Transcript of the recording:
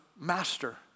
master